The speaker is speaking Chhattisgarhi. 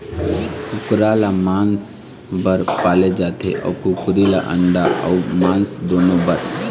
कुकरा ल मांस बर पाले जाथे अउ कुकरी ल अंडा अउ मांस दुनो बर